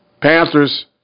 Panthers